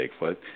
Bigfoot